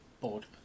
Bored